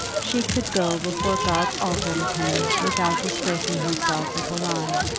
she could go before god's altar with him without disgracing herself with a lie.